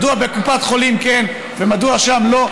מדוע בקופת חולים כן ושם לא?